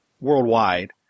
worldwide